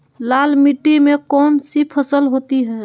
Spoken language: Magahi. लाल मिट्टी में कौन सी फसल होती हैं?